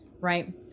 right